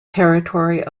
territory